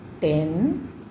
ten